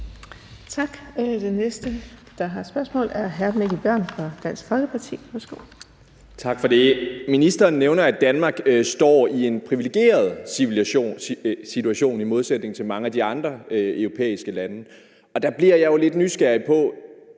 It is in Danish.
Tak. Den næste, der har et spørgsmål, er hr. Mikkel Bjørn fra Dansk Folkeparti. Værsgo. Kl. 16:12 Mikkel Bjørn (DF): Tak for det. Ministeren nævner, at Danmark står i en privilegeret situation i modsætning til mange af de andre europæiske lande. Der bliver jeg lidt nysgerrig.